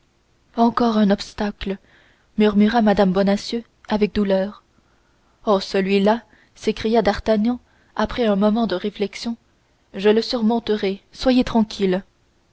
encore un obstacle murmura mme bonacieux avec douleur oh celui-là s'écria d'artagnan après un moment de réflexion je le surmonterai soyez tranquille